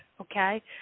okay